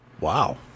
Wow